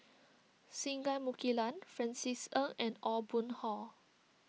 Singai Mukilan Francis Ng and Aw Boon Haw